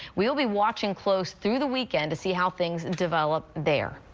we'll be watching close through the weekend to see how things develop there.